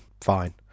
fine